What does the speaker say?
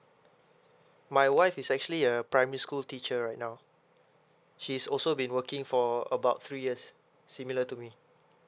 my wife is actually a primary school teacher right now she is also been working for about three years similar to me